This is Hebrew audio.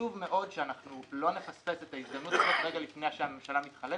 חשוב מאוד שאנחנו לא נפספס את ההזדמנות הזאת רגע לפני שהממשלה מתחלפת,